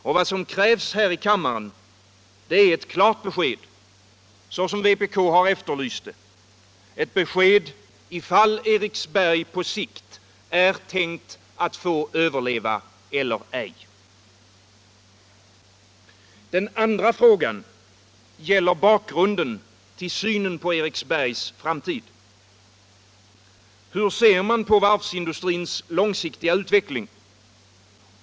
Vad som krävs här i kammaren är ett klart besked, så som vpk har efterlyst det, ett besked ifall Eriksberg på sikt är tänkt att få överleva eller ej. Den andra frågan gäller bakgrunden till synen på Eriksbergs framtid. Hur ser man på varvsindustrins långsiktiga utveckling?